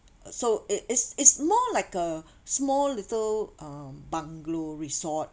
so it is it's more like a small little um bungalow resort